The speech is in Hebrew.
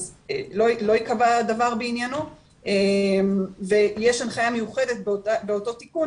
אז לא ייקבע דבר בעניינו ויש הנחייה מיוחדת באותו תיקון,